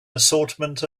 assortment